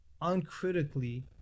uncritically